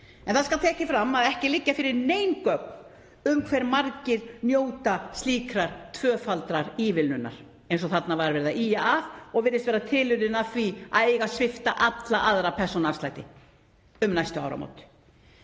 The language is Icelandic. Það skal tekið fram að ekki liggja fyrir nein gögn um hve margir njóta slíkrar tvöfaldrar ívilnunar eins og þarna var verið að ýja að og virðist vera tilurðin að því að það eigi að svipta alla aðra persónuafslætti um næstu áramót.